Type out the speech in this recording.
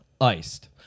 iced